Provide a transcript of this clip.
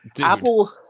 Apple